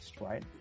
right